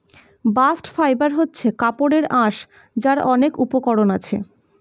bast fibre হচ্ছে কাপড়ের আঁশ যার অনেক উপকরণ আছে